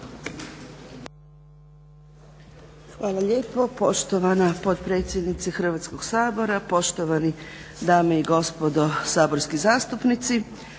Hvala lijepo poštovani predsjedniče Hrvatskog sabora, poštovani dame i gospodo saborski zastupnici.